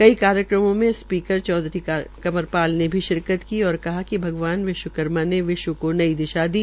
कई कार्यक्रम में स्पीकर चौधरी कवंर पाल ने भी शिरकत की और कहा कि भगवान विश्वकर्मा ने विश्व को नई दिशा दी